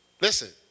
Listen